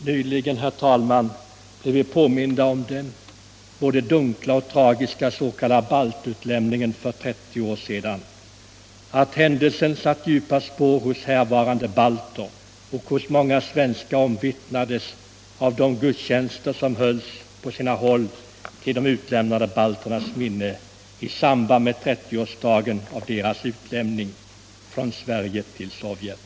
Herr talman! Nyligen blev vi påminda om den både dunkla och tragiska s.k. baltutlämningen för 30 år sedan. Att händelsen satt djupa spår hos härvarande balter och hos många svenskar omvittnades av de gudstjänster som hölls på sina håll till de utlämnade balternas minne i samband med 30-årsdagen av deras utlämning från Sverige till Sovjet.